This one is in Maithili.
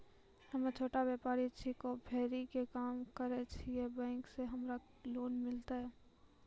हम्मे छोटा व्यपारी छिकौं, फेरी के काम करे छियै, बैंक से हमरा लोन मिलतै?